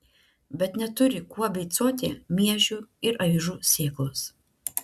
bet neturi kuo beicuoti miežių ir avižų sėklos